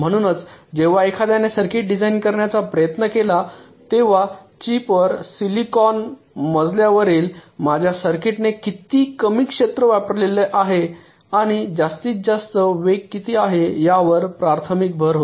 म्हणूनच जेव्हा एखाद्याने सर्किट डिझाइन करण्याचा प्रयत्न केला तेव्हा चिप वर सिलिकॉन मजल्यावरील माझ्या सर्किट्सने किती कमी क्षेत्र व्यापलेले आहे आणि जास्तीत जास्त वेग किती आहे यावर प्राथमिक भर होता